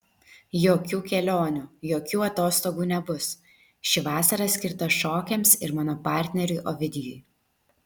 jokių kelionių jokių atostogų nebus ši vasara skirta šokiams ir mano partneriui ovidijui